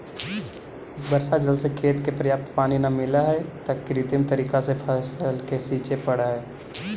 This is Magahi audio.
वर्षा जल से खेत के पर्याप्त पानी न मिलऽ हइ, त कृत्रिम तरीका से फसल के सींचे पड़ऽ हइ